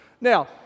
Now